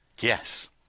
Yes